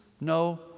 no